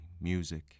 music